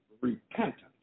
repentance